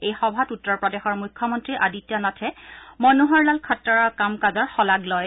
এই সভাত উত্তৰ প্ৰদেশৰ মুখ্যমন্ত্ৰী আদিত্যনাথে মনোহাৰ লাল খাট্টাৰৰ কাম কাজৰ শলাগ লয়